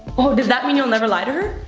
oh, does that mean you'll never lie to her?